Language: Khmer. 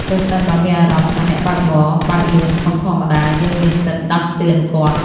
ប្រសិនបើមានអារម្មណ៍ថាអ្នកបើកបរ បើកលឿនខុសធម្មតា យើងមានសិទ្ធិដាស់តឿនគាត់។